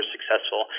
successful